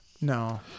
No